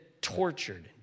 tortured